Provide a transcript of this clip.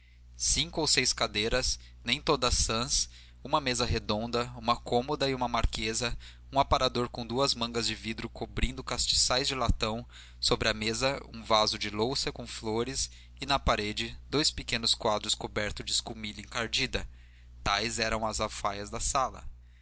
cinco ou seis cadeiras nem todas sãs uma mesa redonda uma cômoda e uma marquesa um aparador com duas mangas de vidro cobrindo castiçais de latão sobre a mesa um vaso de louça com flores e na parede dois pequenos quadros cobertos de escumilha encardida tais eram as alfaias da sala